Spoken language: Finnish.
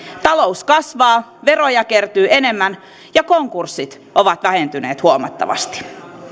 talous kasvaa veroja kertyy enemmän ja konkurssit ovat vähentyneet huomattavasti